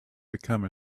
become